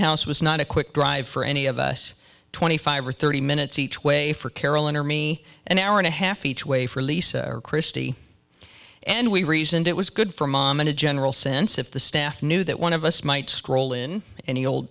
house was not a quick drive for any of us twenty five or thirty minutes each way for carolyn or me an hour and a half each way for lisa or christy and we reasoned it was good for mom in a general sense if the staff knew that one of us might scroll in any old